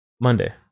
Monday